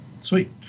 Sweet